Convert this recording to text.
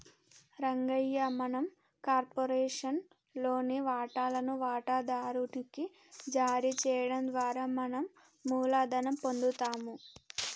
రంగయ్య మనం కార్పొరేషన్ లోని వాటాలను వాటాదారు నికి జారీ చేయడం ద్వారా మనం మూలధనం పొందుతాము